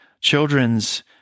children's